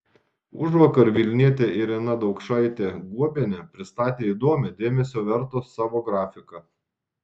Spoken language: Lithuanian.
užvakar vilnietė irena daukšaitė guobienė pristatė įdomią dėmesio vertą savo grafiką